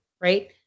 right